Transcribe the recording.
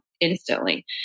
instantly